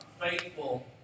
faithful